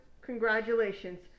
Congratulations